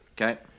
Okay